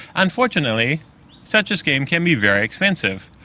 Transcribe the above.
unfortunately such a scheme can be very expensive,